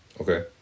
Okay